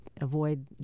avoid